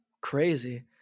Crazy